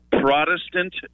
Protestant